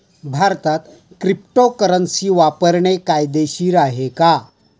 भारतात क्रिप्टोकरन्सी वापरणे कायदेशीर आहे का?